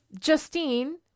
Justine